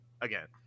again